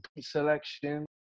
selection